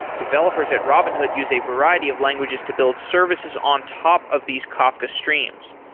developers at robinhood use a variety of languages to build services on top of these kafka streams,